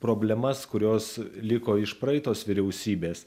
problemas kurios liko iš praeitos vyriausybės